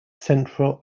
central